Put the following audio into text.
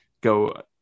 go